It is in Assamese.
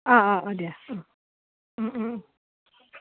অঁ অঁ অঁ দিয়া অঁ